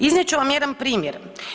Iznijet ću vam jedan primjer.